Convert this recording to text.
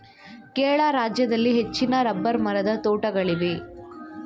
ಕೇರಳ ರಾಜ್ಯದಲ್ಲಿ ಹೆಚ್ಚಿನ ರಬ್ಬರ್ ಮರದ ತೋಟಗಳಿವೆ